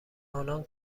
انان